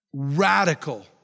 Radical